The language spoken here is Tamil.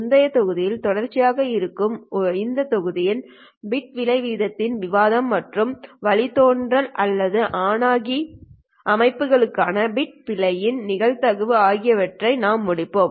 முந்தைய தொகுதியின் தொடர்ச்சியாக இருக்கும் இந்த தொகுதியில் பீட் விலை வீதத்தின் விவாதம் மற்றும் வழித்தோன்றல் அல்லது ஆணாகி அமைப்புகளுக்கான பிட் பிள்ளையின் நிகழ்தகவு ஆகியவற்றை நாங்கள் முடிப்போம்